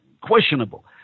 questionable